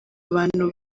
abantu